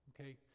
okay